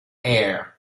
air